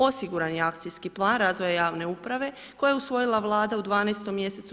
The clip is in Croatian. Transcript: Osiguran je akcijski plan razvoja javne uprave koja je usvojila Vlada u 12. mj.